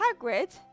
Hagrid